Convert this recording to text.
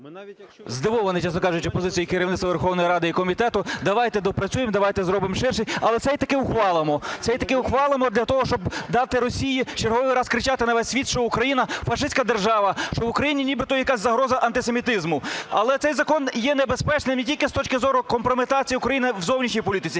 Здивований, чесно кажучи, позицією керівництва Верховної Ради і комітету: давайте допрацюємо, давайте зробимо ще щось, але цей таки ухвалимо. Цей таки ухвалимо для того, щоб дати Росії в черговий раз кричати на весь світ, що Україна фашистська держава, що в Україні нібито якась загроза антисемітизму. Але цей закон є небезпечним не тільки з точки зору компрометації України у зовнішній політиці,